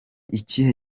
ikihe